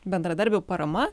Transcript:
bendradarbių parama